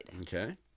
okay